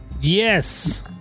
Yes